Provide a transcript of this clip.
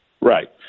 Right